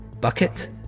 Bucket